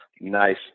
nice